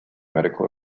medical